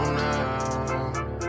now